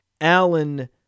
Allen